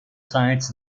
science